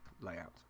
layout